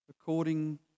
according